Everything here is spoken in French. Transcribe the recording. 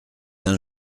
d’un